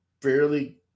fairly